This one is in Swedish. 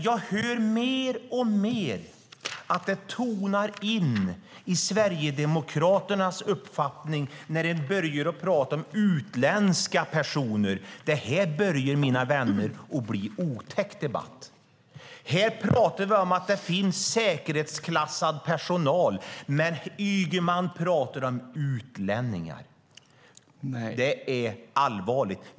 Jag hör mer och mer att det tonar in i Sverigedemokraternas uppfattning när ni börjar tala om utländska personer. Det börjar, mina vänner, bli en otäck debatt. Vi talar om att det finns säkerhetsklassad personal, men Ygeman talar om utlänningar. Det är allvarligt.